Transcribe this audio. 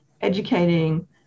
educating